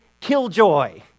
killjoy